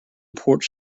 porch